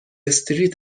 استریت